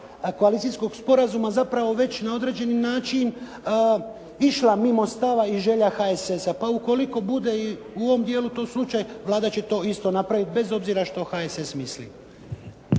koalicijskog sporazuma zapravo već na određeni način išla mimo stava i želja HSS-a, pa ukoliko bude u ovom dijelu to slučaj Vlada će to isto napraviti bez obzira što HSS misli.